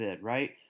right